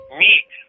meat